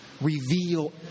reveal